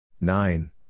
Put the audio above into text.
Nine